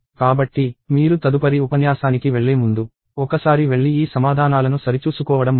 కాబట్టి మీరు తదుపరి ఉపన్యాసానికి వెళ్లే ముందు ఒకసారి వెళ్లి ఈ సమాధానాలను సరిచూసుకోవడం మంచిది